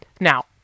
Now